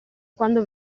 quando